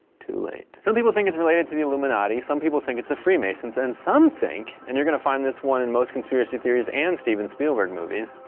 too late. some people think it's related to the illuminati, some people think it's the freemasons, and some think, and you're gonna find this one in most conspiracy theories and steven spielberg movies,